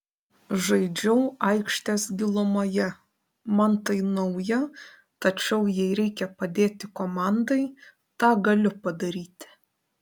žaidžiau aikštės gilumoje man tai nauja tačiau jei reikia padėti komandai tą galiu padaryti